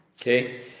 Okay